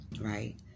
right